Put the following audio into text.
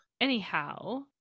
anyhow